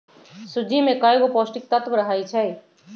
सूज्ज़ी में कएगो पौष्टिक तत्त्व रहै छइ